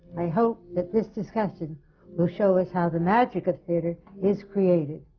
i hope that this discussion will show us how the magic of theatre is created.